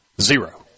zero